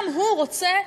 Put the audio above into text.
גם הוא רוצה,